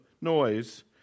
noise